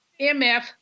mf